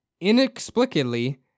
inexplicably